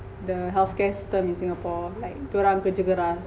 the healthcare system in singapore like dia orang kerja keras